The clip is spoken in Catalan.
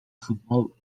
futbol